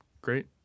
great